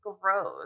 gross